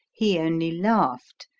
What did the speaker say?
he only laughed,